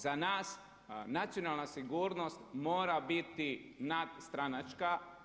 Za nas nacionalna sigurnost mora biti nadstranačka.